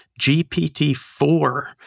GPT-4